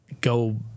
go